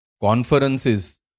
conferences